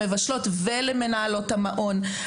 למבשלות ולמנהלות המעון,